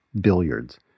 billiards